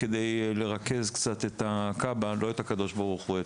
כדי לרכז קצת את הקב״א לא את הקדוש ברוך הוא,